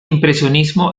impresionismo